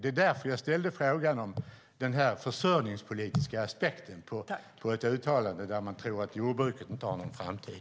Det var därför jag ställde frågan om den försörjningspolitiska aspekten på uttalandet att man tror att jordbruket inte har någon framtid.